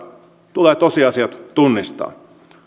tulee tosiasiat tunnistaa